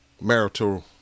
marital